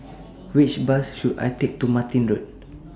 Which Bus should I Take to Martin Road